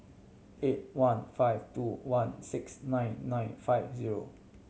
eight one five two one six nine nine five zero